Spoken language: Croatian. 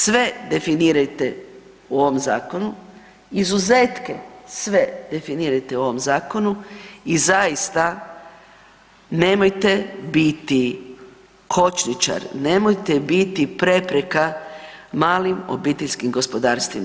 Sve definirajte u ovom zakonu, izuzetke sve definirajte u ovom zakonu i zaista nemojte biti kočničar, nemojte biti prepreka malim obiteljskim gospodarstvima.